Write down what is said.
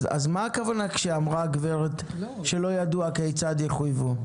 אז למה התכוונה מרב דוד כשאמרה שלא ידוע כיצד יחויבו?